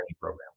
program